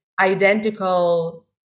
identical